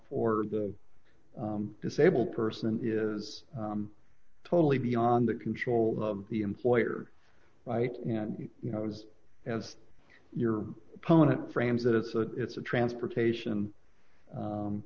for the disabled person is totally beyond the control of the employer right and you know it was as your opponent frames that it's a it's a transportation